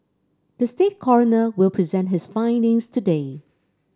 the state coroner will present his findings today